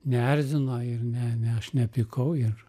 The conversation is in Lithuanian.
neerzino ir ne ne aš nepykau ir